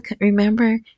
remember